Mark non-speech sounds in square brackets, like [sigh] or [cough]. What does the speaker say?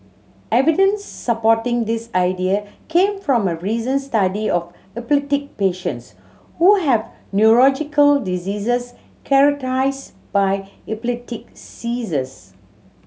evidence supporting this idea came from a recent study of epileptic patients who have [unintelligible] diseases [unintelligible] by epileptic seizures